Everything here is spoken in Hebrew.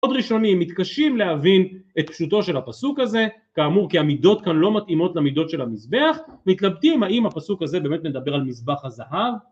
עוד ראשונים מתקשים להבין את פשוטו של הפסוק הזה, כאמור כי המידות כאן לא מתאימות למידות של המזבח. מתלבטים האם הפסוק הזה באמת מדבר על מזבח הזהב